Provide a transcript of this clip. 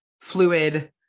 fluid